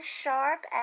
sharp